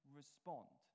respond